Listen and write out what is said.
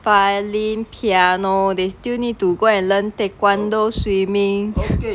violin piano they still need to go and learn taekwondo swimming